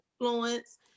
influence